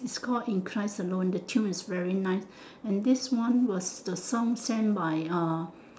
it's call in christ alone the tune is very nice and this one was the song send by uh